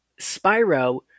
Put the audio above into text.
Spyro